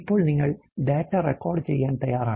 ഇപ്പോൾ നിങ്ങൾ ഡാറ്റ റെക്കോർഡുചെയ്യാൻ തയ്യാറാണ്